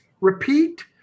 Repeat